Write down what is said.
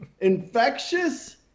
infectious